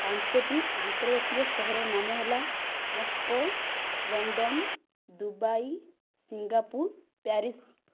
ପାଞ୍ଚଟି ଆନ୍ତର୍ଜାତୀୟ ସହରର ନାମ ହେଲା Moscow London Dubai Singapore Paris